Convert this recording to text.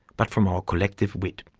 but from our collective wit.